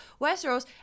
Westeros